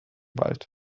wald